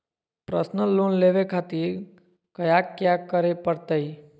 Personal loan लेवे खातिर कया क्या करे पड़तइ?